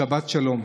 שבת שלום.